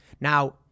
Now